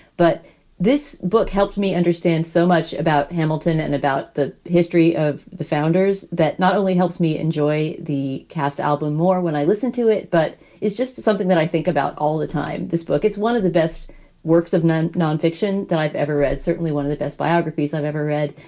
but this book helped me understand so much about hamilton and about the history of the founders. that not only helps me enjoy the cast album more when i listen to it, but it's just something that i think about all the time. this book, it's one of the best works of nonfiction that i've ever read, certainly one of the best biographies i've ever read.